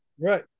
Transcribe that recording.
Right